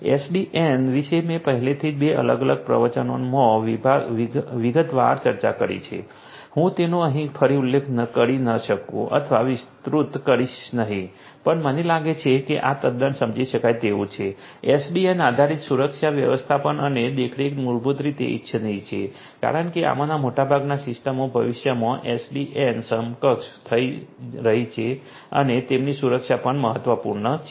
SDN વિશે મેં પહેલાથી જ બે અલગ અલગ પ્રવચનોમાં વિગતવાર ચર્ચા કરી છે હું તેનો અહીં ફરી ઉલ્લેખ કરી ન શકું અથવા વિસ્તૃત કરીશ નહીં પણ મને લાગે છે કે આ તદ્દન સમજી શકાય તેવું છે એસડીએન આધારિત સુરક્ષા વ્યવસ્થાપન અને દેખરેખ મૂળભૂત રીતે ઇચ્છનીય છે કારણ કે આમાંના મોટાભાગના સિસ્ટમો ભવિષ્યમાં એસડીએન સક્ષમ થવા જઈ રહી છે અને તેમની સુરક્ષા પણ મહત્વપૂર્ણ છે